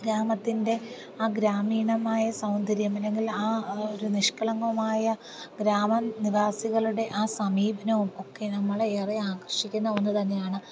ഗ്രാമത്തിൻ്റെ ആ ഗ്രാമീണമായ സൗന്ദര്യം അല്ലെങ്കിൽ ആ ഒരു നിഷ്കളങ്കമായ ഗ്രാമ നിവാസികളുടെ ആ സമീപനവും ഒക്കെ നമ്മളെ ഏറെ ആകർഷിക്കുന്ന ഒന്നു തന്നെയാണ്